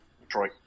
Detroit